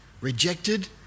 rejected